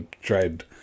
tried